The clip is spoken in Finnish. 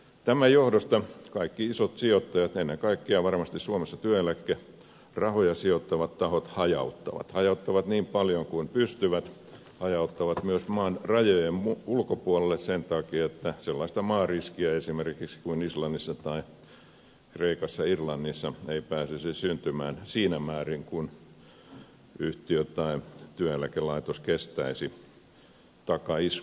tämän johdosta kaikki isot sijoittajat suomessa varmasti ennen kaikkea työeläkerahoja sijoittavat tahot hajauttavat hajauttavat niin paljon kuin pystyvät hajauttavat myös maan rajojen ulkopuolelle sen takia että sellaista maariskiä kuin esimerkiksi islannissa kreikassa tai irlannissa ei pääsisi syntymään siinä määrin kuin yhtiö tai työeläkelaitos ei kestäisi takaiskuja